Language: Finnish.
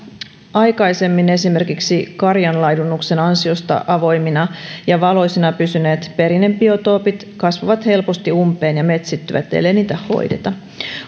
aikaisemmin esimerkiksi karjan laidunnuksen ansiosta avoimina ja valoisina pysyneet perinnebiotoopit kasvavat helposti umpeen ja metsittyvät ellei niitä hoideta